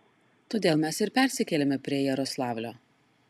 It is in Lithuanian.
todėl mes ir persikėlėme prie jaroslavlio